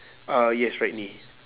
ah yes right knee